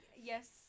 yes